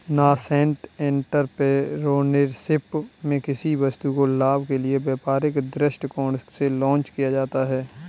nascent entrepreneurship में किसी वस्तु को लाभ के लिए व्यापारिक दृष्टिकोण से लॉन्च किया जाता है